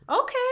Okay